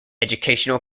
educational